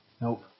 Nope